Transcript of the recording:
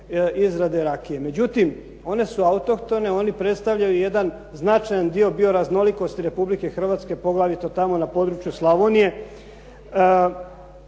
izrade rakije. Međutim, one su autohtone, oni predstavljaju jedan značajan dio bioraznolikosti Republike Hrvatske, poglavito tamo na području Slavonije,